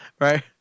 Right